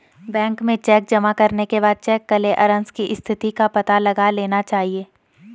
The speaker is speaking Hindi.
बैंक में चेक जमा करने के बाद चेक क्लेअरन्स की स्थिति का पता लगा लेना चाहिए